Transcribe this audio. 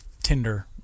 Tinder